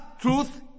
truth